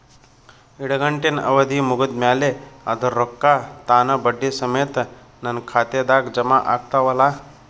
ಇಡಗಂಟಿನ್ ಅವಧಿ ಮುಗದ್ ಮ್ಯಾಲೆ ಅದರ ರೊಕ್ಕಾ ತಾನ ಬಡ್ಡಿ ಸಮೇತ ನನ್ನ ಖಾತೆದಾಗ್ ಜಮಾ ಆಗ್ತಾವ್ ಅಲಾ?